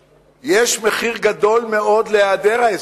מחיר גדול מאוד להיעדר ההסכם.